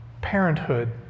parenthood